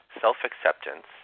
self-acceptance